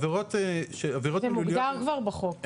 זה מוגדר כבר בחוק.